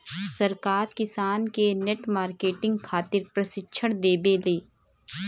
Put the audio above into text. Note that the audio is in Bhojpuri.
सरकार किसान के नेट मार्केटिंग खातिर प्रक्षिक्षण देबेले?